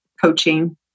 Coaching